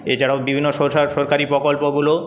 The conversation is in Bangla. এছাড়াও বিভিন্ন সরকারি প্রকল্পগুলো